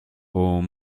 aux